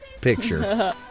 picture